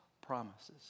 promises